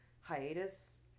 hiatus